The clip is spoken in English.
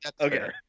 Okay